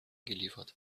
geliefert